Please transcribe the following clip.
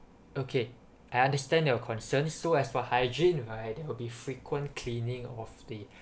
okay I understand your concern so as for hygiene right there will be frequent cleaning of the